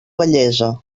vellesa